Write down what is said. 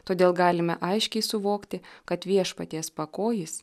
todėl galime aiškiai suvokti kad viešpaties pakojis